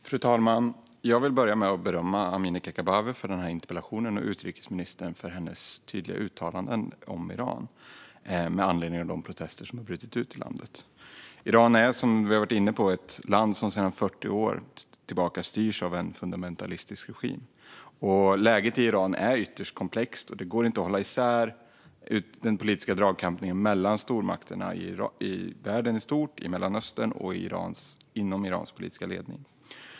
Fru talman! Jag vill börja med att berömma Amineh Kakabaveh för interpellationen och utrikesministern för hennes tydliga uttalanden om Iran med anledning av de protester som har brutit ut i landet. Iran är, som vi har varit inne på, ett land som sedan 40 år tillbaka styrs av en fundamentalistisk regim. Läget i Iran är ytterst komplext och går inte att hålla isär från den politiska dragkampen mellan stormakterna i världen i stort, i Mellanöstern och inom Irans politiska ledning.